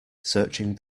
searching